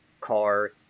car